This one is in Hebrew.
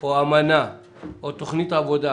או אמנה או תוכנית עבודה,